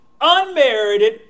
unmerited